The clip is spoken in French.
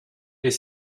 est